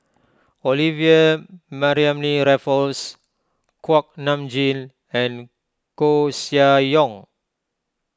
Olivia Mariamne Raffles Kuak Nam Jin and Koeh Sia Yong